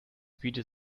bietet